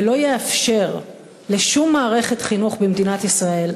ולא יאפשר לשום מערכת חינוך במדינת ישראל,